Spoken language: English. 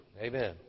Amen